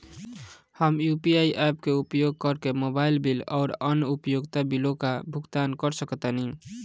हम UPI apps के उपयोग करके मोबाइल बिल आउर अन्य उपयोगिता बिलों का भुगतान कर सकतानी